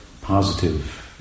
positive